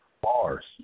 Bars